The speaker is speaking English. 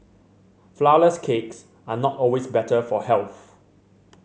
flourless cakes are not always better for health